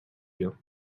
you